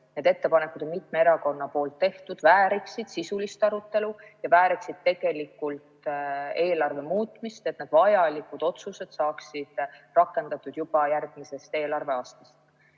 Need ettepanekud on mitme erakonna tehtud, need vääriksid sisulist arutelu ja vääriksid eelarve muutmist, et vajalikud otsused saaksid rakendatud juba järgmisest eelarveaastast.